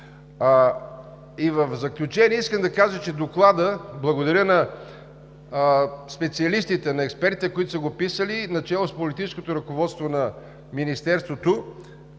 В заключение, искам да кажа, че Докладът, благодаря на специалистите и на експертите, които са го писали, начело с политическото ръководство на Министерството,